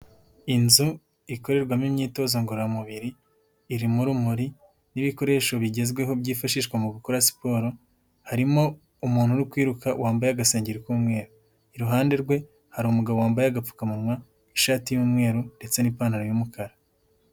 Inzu ikorerwamo imyitozo ngororamubiri, irimo urumuri n'ibikoresho bigezweho byifashishwa mu gukora siporo, harimo umuntu uri kwiruka wambaye agasengeri k'umweru. Iruhande rwe, hari umugabo wambaye agapfukamunwa, ishati y'umweru ndetse n'ipantaro y'umukara.